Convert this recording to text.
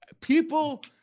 People